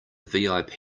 vip